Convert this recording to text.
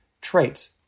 traits